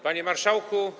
Panie Marszałku!